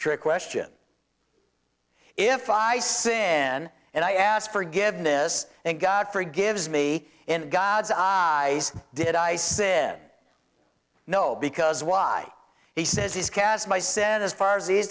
trick question if i sin and i ask forgiveness and god forgives me in god's eyes did i said no because why he says he's cast my set as far as